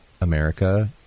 America